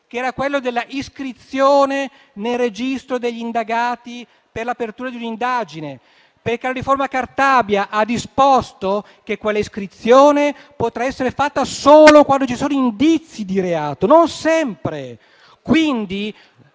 che era quello della iscrizione nel registro degli indagati per l'apertura di un'indagine. La riforma Cartabia ha disposto che quella iscrizione potrà essere fatta solo quando ci siano indizi di reato, non sempre.